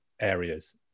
areas